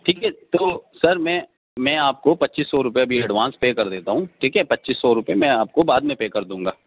ٹھیک ہے تو سر میں میں آپ کو پچیس سو روپے ابھی ایڈوانس پے کر دیتا ہوں ٹھیک ہے پچیس سو روپے میں آپ کو بعد میں پے کر دوں گا